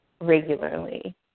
regularly